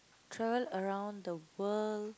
travel around the world